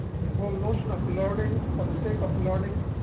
the whole notion of learning for the sake of learning